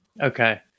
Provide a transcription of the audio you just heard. okay